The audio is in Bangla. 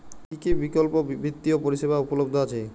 কী কী বিকল্প বিত্তীয় পরিষেবা উপলব্ধ আছে?